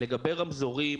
לגבי רמזורים